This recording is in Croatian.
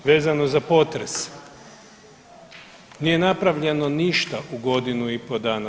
Vezano za potres nije napravljeno ništa u godinu i pol dana.